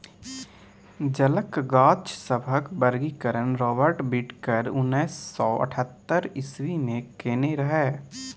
जलक गाछ सभक वर्गीकरण राबर्ट बिटकर उन्नैस सय अठहत्तर इस्वी मे केने रहय